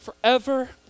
forever